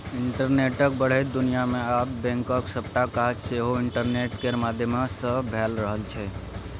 इंटरनेटक बढ़ैत दुनियाँ मे आब बैंकक सबटा काज सेहो इंटरनेट केर माध्यमसँ भए रहल छै